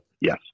Yes